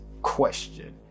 question